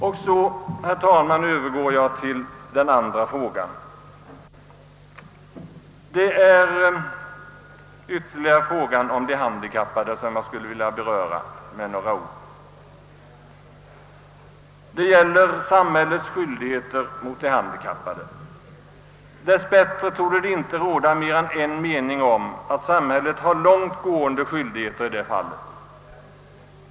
Jag övergår så, herr talman, till den andra frågan, som jag skulle vilja beröra med några ord, nämligen frågan om de handikappade. Det gäller samhällets skyldigheter mot de handikappade. Dess bättre torde det inte råda mer än en mening om att samhället har långt gående skyldigheter i det fallet.